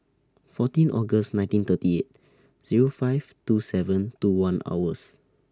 fourteen August nineteen thirty eight Zero five two seven two one hours